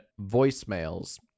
voicemails